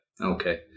Okay